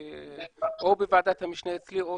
או בוועדת המשנה אצלי או